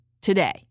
today